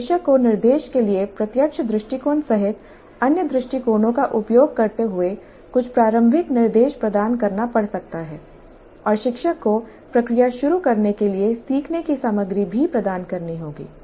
अनुदेशक को निर्देश के लिए प्रत्यक्ष दृष्टिकोण सहित अन्य दृष्टिकोणों का उपयोग करते हुए कुछ प्रारंभिक निर्देश प्रदान करना पड़ सकता है और शिक्षक को प्रक्रिया शुरू करने के लिए सीखने की सामग्री भी प्रदान करनी होगी